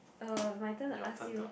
uh my turn to ask you